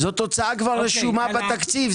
זאת הוצאה שכבר רשומה בתקציב,